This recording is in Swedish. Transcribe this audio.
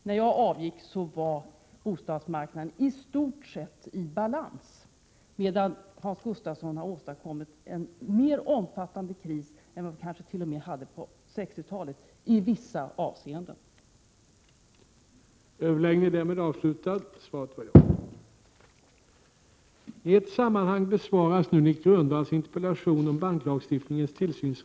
När jag avgick var bostadsmarknaden i stort sett i balans, medan Hans Gustafsson har åstadkommit en kris som i vissa avseenden kanske t.o.m. är mera omfattande än den vi hade på 60-talet.